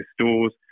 stores